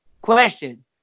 Question